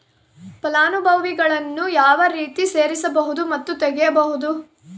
ಫಲಾನುಭವಿಗಳನ್ನು ಯಾವ ರೇತಿ ಸೇರಿಸಬಹುದು ಮತ್ತು ತೆಗೆಯಬಹುದು?